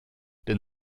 denn